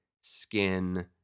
skin